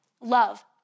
love